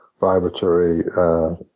vibratory